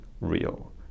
real